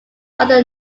other